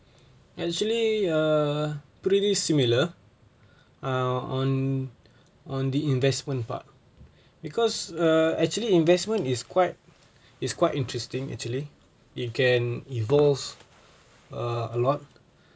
actually err pretty similar ah on on the investment part because err actually investment is quite is quite interesting actually you can evolves err a lot